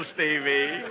Stevie